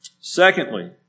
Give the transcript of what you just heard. Secondly